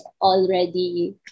already